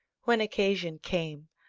when occasion came,